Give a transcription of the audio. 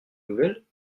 nouvelles